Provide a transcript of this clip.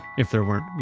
if there weren't, you